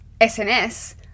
SNS